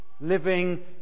Living